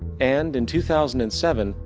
and in two thousand and seven,